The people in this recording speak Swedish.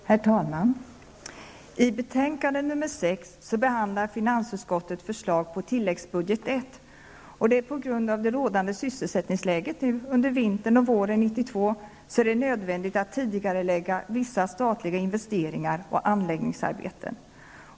Herr talman! I betänkande nr 6 behandlar finansutskottet förslag på tilläggsbudget I. På grund av det rådande sysselsättningsläget under vintern och våren 1992 är det nödvändigt att tidigarelägga vissa statliga investeringar och anläggningsarbeten.